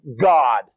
God